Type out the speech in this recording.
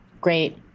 great